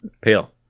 pale